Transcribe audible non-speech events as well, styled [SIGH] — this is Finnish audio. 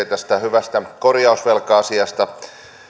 [UNINTELLIGIBLE] tästä hyvästä korjausvelka asiasta